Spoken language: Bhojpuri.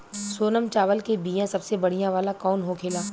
सोनम चावल के बीया सबसे बढ़िया वाला कौन होखेला?